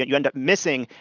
you end up missing,